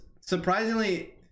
surprisingly